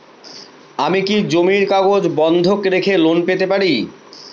আমি কি জমির কাগজ বন্ধক রেখে লোন পেতে পারি?